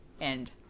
end